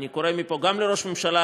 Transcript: אני קורא מפה גם לראש הממשלה,